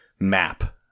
map